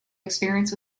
experience